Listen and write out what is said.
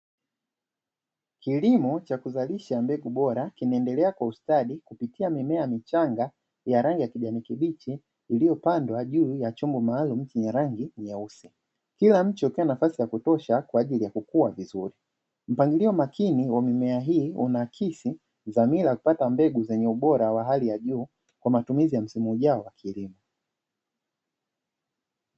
Kilimo cha kuzalisha mbegu bora kinaendelea kwa ustadi kupitia mimea michanga ya rangi ya kijani kibichi, iliyopandwa juu ya chombo maalumu chenye rangi nyeusi. Kila mche ukiwa na nafasi ya kutosha kwa ajili ya kukua vizuri. Mpangilio makini wa mimea hii unaakisi dhamira ya kupata mbegu zenye ubora wa hali ya juu, kwa matumizi ya msimu ujao wa kilimo.